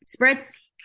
spritz